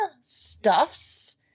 stuffs